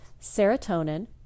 serotonin